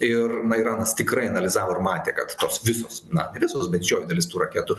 ir na iranas tikrai analizavo ir matė kad tos visos na ne visos bet didžioji dalis tų raketų